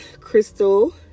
crystal